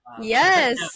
Yes